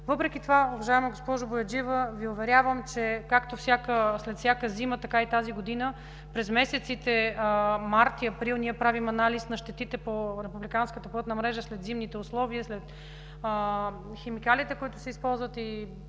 Въпреки това, уважаема госпожо Бояджиева, Ви уверявам, че както след всяка зима, така и тази година през месеците март и април ние правим анализ на щетите по републиканската пътна мрежа след зимните условия, след химикалите, които се използват и